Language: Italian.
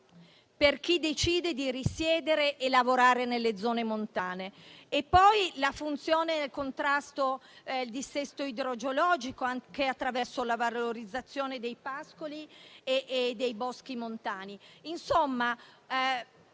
per chi decide di risiedere e lavorare nelle zone montane. C'è poi il contrasto del dissesto idrogeologico, anche attraverso la valorizzazione dei pascoli e dei boschi montani.